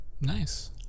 Nice